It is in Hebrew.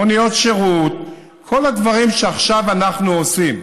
מוניות שירות, כל הדברים שעכשיו אנחנו עושים.